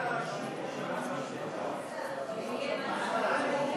חוק לתיקון פקודת הסטטיסטיקה (מס' 4),